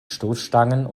stoßstangen